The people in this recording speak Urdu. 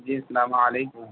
جی السلام علیکم